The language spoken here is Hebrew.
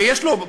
ויש לו,